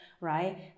right